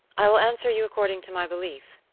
i will answer you according to my belief.